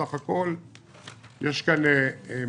בסך הכול יש כאן מענה.